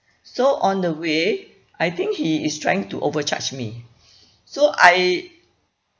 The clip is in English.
so on the way I think he is trying to overcharge me so I